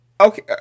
Okay